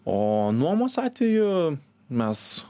o nuomos atveju mes